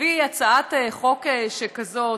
להביא הצעת חוק שכזאת.